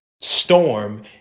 Storm